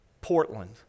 Portland